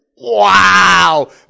wow